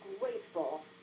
grateful